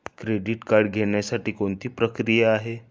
Credit card घेण्यासाठी कोणती प्रक्रिया आहे?